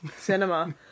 cinema